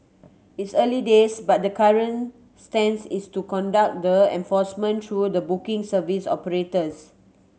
it's early days but the current stance is to conduct the enforcement through the booking service operators